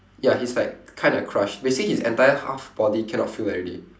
ya he's like kinda crushed basically his entire half body cannot feel already